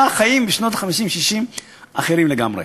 בשנות ה-50 וה-60 היו חיים אחרים לגמרי.